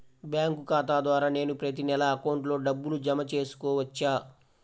Bank ఖాతా ద్వారా నేను ప్రతి నెల అకౌంట్లో డబ్బులు జమ చేసుకోవచ్చా?